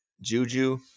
Juju